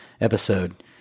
episode